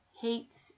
hates